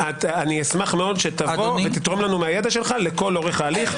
אשמח מאוד שתבוא ותתרום לנו מהידע שלך לכל אורך ההליך.